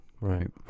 Right